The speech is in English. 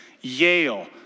Yale